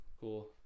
Cool